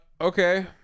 okay